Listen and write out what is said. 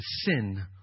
sin